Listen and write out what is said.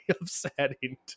upsetting